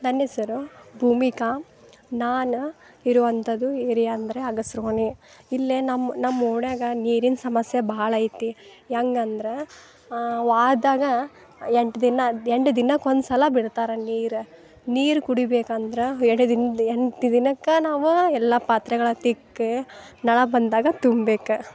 ನನ್ನೆಸರು ಭೂಮಿಕಾ ನಾನು ಇರುವಂಥದ್ದು ಇರಿಯ ಅಂದರೆ ಅಗಸ್ರ ಮನೆ ಇಲ್ಲೇ ನಮ್ಮ ನಮ್ಮ ಓಣ್ಯಾಗ ನೀರಿನ ಸಮಸ್ಯೆ ಭಾಳೈತೆ ಹೆಂಗಂದ್ರೆ ವಾರದಾಗ ಎಂಟು ದಿನ ಎಂಟು ದಿನಕ್ಕೊಂದ್ಸಲ ಬಿಡ್ತಾರೆ ನೀರು ನೀರು ಕುಡಿಬೇಕಂದ್ರೆ ಎರಡೇ ದಿನ್ದ ಎಂಟು ದಿನಕ್ಕೆ ನಾವು ಎಲ್ಲ ಪಾತ್ರೆಗಳ ತಿಕ್ಕಿ ನಳ ಬಂದಾಗ ತುಂಬ್ಬೇಕು